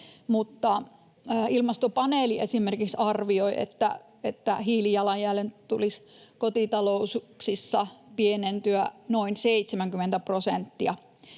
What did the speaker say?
Ilmastopaneeli esimerkiksi arvioi, että hiilijalanjäljen tulisi kotitalouksissa pienentyä noin 70 prosenttia,